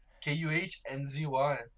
K-U-H-N-Z-Y